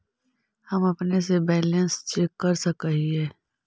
हम अपने से बैलेंस चेक कर सक हिए?